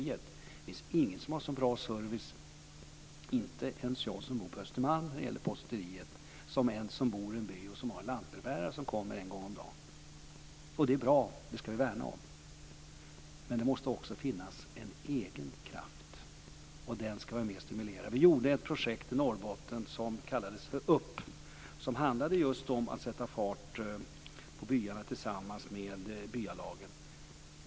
Det finns ingen som har så bra service - inte ens jag som bor på Östermalm - när det gäller posten som en som bor i en by och som har en lantbrevbärare som kommer en gång om dagen. Och det är bra. Det ska vi värna om. Men det måste också finnas en egen kraft, och den ska vara med och stimulera. Vi gjorde ett projekt i Norrbotten som kallades Upp. Det handlade just om att sätta fart på byarna tillsammans med byalagen.